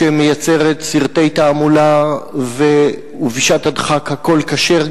שמייצרת סרטי תעמולה ובשעת הדחק הכול כשר,